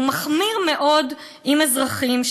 והוא מחמיר מאוד עם אזרחים,